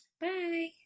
Bye